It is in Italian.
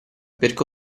perché